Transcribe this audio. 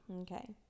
okay